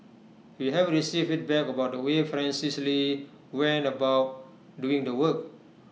we have received feedback about the way Francis lee went about doing the work